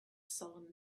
solemn